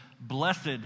Blessed